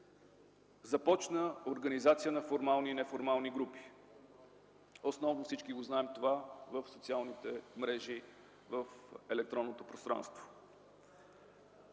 Започна организация на формални и неформални групи, основно – всички знаем това – в социалните мрежи в електронното пространство.